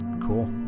Cool